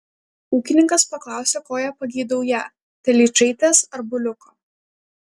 ūkininkas paklausė ko jie pageidaują telyčaitės ar buliuko